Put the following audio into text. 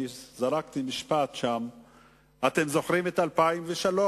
אני זרקתי משפט: "אתם זוכרים את 2003?"